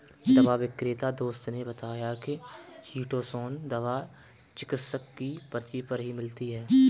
दवा विक्रेता दोस्त ने बताया की चीटोसोंन दवा चिकित्सक की पर्ची पर ही मिलती है